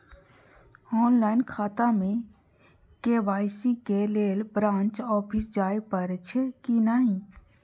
Online खाता में KYC के लेल ब्रांच ऑफिस जाय परेछै कि नहिं?